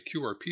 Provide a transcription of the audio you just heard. QRP